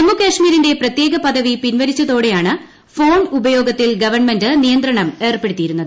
ജമ്മുകാശ്മീരിന്റെ പ്രത്യേക പദവി പിൻവലിച്ചതോടെയാണ് ഫോൺ ഉപയോഗത്തിൽ ഗവൺമെന്റ് നിയന്ത്രണം ഏർപ്പെടുത്തിയിരുന്നത്